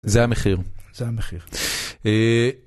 זה המחיר. זה המחיר.